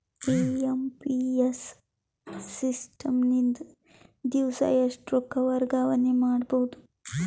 IMPS system ನಿಂದ ದಿವಸಾ ಎಷ್ಟ ರೊಕ್ಕ ವರ್ಗಾವಣೆ ಮಾಡಬಹುದು?